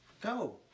go